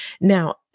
Now